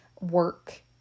work